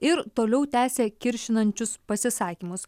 ir toliau tęsė kiršinančius pasisakymus